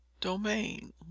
domain